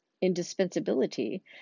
indispensability